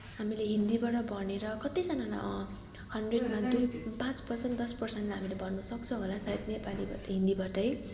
हामीले हिन्दीबाट भनेर कतिजनालाई हन्ड्रेडमा दुई पाँच पर्सेन्ट दस पर्सेन्टलाई हामीले भन्न सक्छौँ होला सायद नेपालीबाट हिन्दीबाटै